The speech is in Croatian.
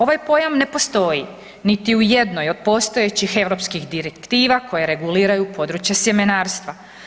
Ovaj pojam ne postoji niti u jednoj od postojeći europskih direktiva koje reguliraju područje sjemenarstva.